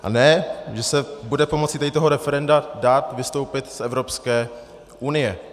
A ne že se bude pomocí tady toho referenda dát vystoupit z Evropské unie.